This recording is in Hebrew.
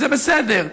זה בסדר.